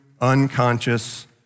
unconscious